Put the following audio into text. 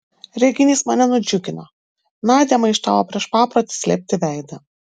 reginys mane nudžiugino nadia maištavo prieš paprotį slėpti veidą